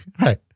right